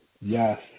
Yes